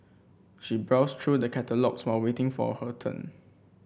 she browsed through the catalogues while waiting for her turn